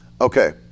Okay